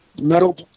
Metal